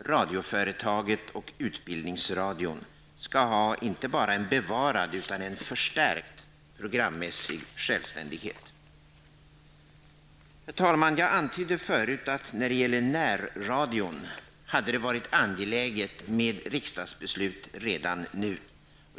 radioföretaget och Utbildningsradion, skall ha inte bara en bevarad utan en förstärkt programmässig självständighet. Herr talman! Jag antydde förut att när det gäller Närradion hade det varit angeläget med ett riksdagsbeslut redan nu.